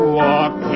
walk